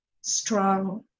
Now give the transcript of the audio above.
strong